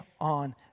on